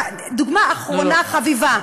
דוגמה אחרונה חביבה.